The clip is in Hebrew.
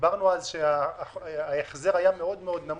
דיברנו אז שההחזר היה מאוד מאוד נמוך.